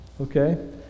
Okay